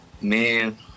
Man